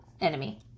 enemy